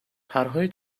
پرهای